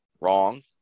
Wrong